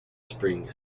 spring